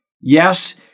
Yes